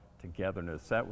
togetherness